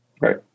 Right